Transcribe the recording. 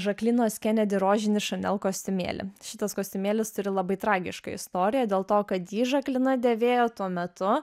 žaklinos kenedi rožinį šanel kostiumėlį šitas kostiumėlis turi labai tragišką istoriją dėl to kad jį žaklina dėvėjo tuo metu